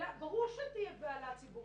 ברור שתהיה בהלה ציבורית.